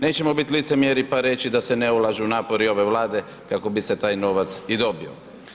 Nećemo biti licemjeri pa reći da se ne ulažu napori ove Vlade kako bi se taj novac i dobio.